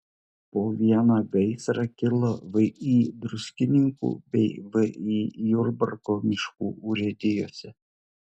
po vieną gaisrą kilo vį druskininkų bei vį jurbarko miškų urėdijose